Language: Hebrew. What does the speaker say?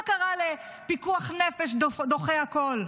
מה קרה לפיקוח נפש דוחה הכול?